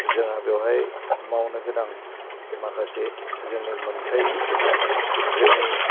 जोंहा बेवहाय मावनो गोनां माखासे जोंनि मोन्थाइनि खोथा जोंनि